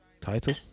title